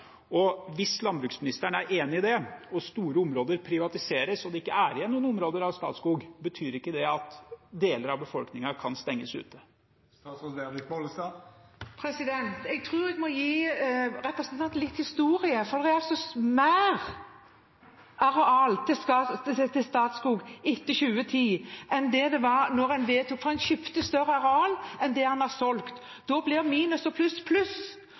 Og hvis landbruksministeren er enig i det, betyr ikke det at store områder privatiseres og det ikke er igjen noen områder av Statskog, at deler av befolkningen kan stenges ute? Jeg tror jeg må gi representanten litt historie, for det er altså mer areal til Statskog etter 2010 enn det det var da en vedtok dette, for en kjøpte et større areal enn det en har solgt. Da blir minus og pluss pluss,